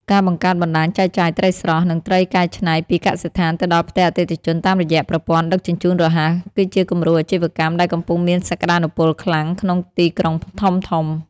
ការបង្កើតបណ្ដាញចែកចាយត្រីស្រស់ និងត្រីកែច្នៃពីកសិដ្ឋានទៅដល់ផ្ទះអតិថិជនតាមរយៈប្រព័ន្ធដឹកជញ្ជូនរហ័ស គឺជាគំរូអាជីវកម្មដែលកំពុងមានសក្ដានុពលខ្លាំងក្នុងទីក្រុងធំៗ។